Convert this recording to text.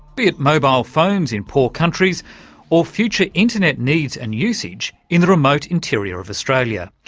be it mobile phones in poor countries or future internet needs and usage in the remote interior of australia.